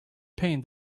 pain